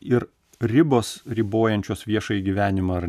ir ribos ribojančios viešąjį gyvenimą ar